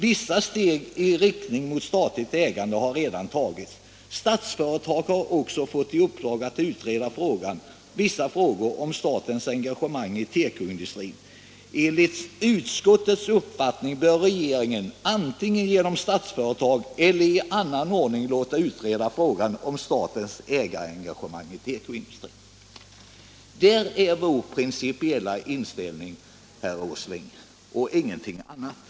Vissa steg i riktning mot statligt ägande har redan tagits. Statsföretag har också fått i uppdrag att utreda vissa frågor om statens engagemang i tekoindustrin. Enligt utskottets uppfattning bör regeringen antingen genom Statsföretag eller i annan ordning låta utreda frågan om statens ägarengagemang i tekoindustrin.” Det är vår principiella inställning, herr Åsling, och ingenting annat.